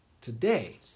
today